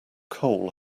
coal